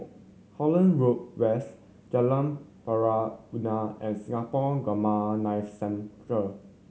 Holland Road West Jalan Pari Unak and Singapore Gamma Knife Centre